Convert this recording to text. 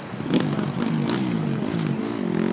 Siri ബാത്ത്റൂമിലെ ലൈറ്റുകൾ off ചെയ്യുക